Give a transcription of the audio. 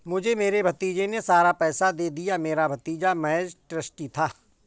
मुझे मेरे भतीजे ने सारा पैसा दे दिया, मेरा भतीजा महज़ ट्रस्टी था